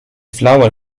flower